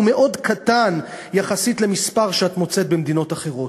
הוא מאוד קטן יחסית למספר שאת מוצאת במדינות אחרות.